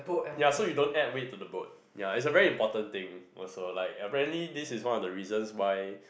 ya so you don't add weight to the boat ya is a very important thing also like apparently this is one of the reasons why